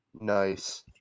Nice